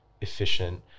efficient